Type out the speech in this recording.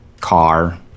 car